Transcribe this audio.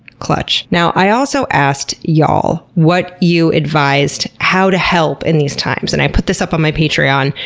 clutch. now, i also asked y'all what you advised how to help in these times, and i put this up on my patreon,